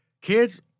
Kids